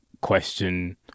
question